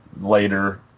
later